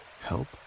help